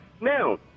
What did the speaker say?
Now